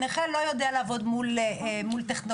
הנכה לא יודע לעבוד מול טכנולוגיה,